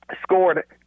scored